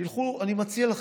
תלכו, אני מציע לכם,